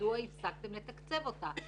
מדוע הפסקתם לתקצב אותה?